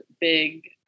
big